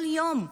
כל יום,